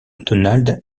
donald